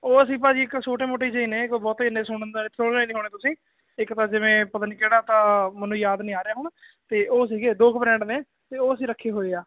ਉਹ ਅਸੀਂ ਭਾਅ ਜੀ ਇੱਕ ਛੋਟੇ ਮੋਟੇ ਜੇ ਹੀ ਨੇ ਕੋਈ ਬਹੁਤੇ ਇੰਨੇ ਸੁਣਨਦਾਇਕ ਸੁਣੇ ਨੀ ਹੋਣੇ ਤੁਸੀਂ ਇੱਕ ਤਾਂ ਜਿਵੇਂ ਪਤਾ ਨਹੀਂ ਕਿਹੜਾ ਤਾਂ ਮੈਨੂੰ ਯਾਦ ਨਹੀਂ ਆ ਰਿਹਾ ਹੁਣ ਤੇ ਉਹ ਸੀਗੇ ਦੋ ਕ ਬਰੈਂਡ ਨੇ ਤੇ ਉਹ ਅਸੀਂ ਰੱਖੇ ਹੋਏ ਆ